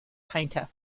painter